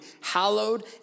hallowed